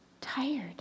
tired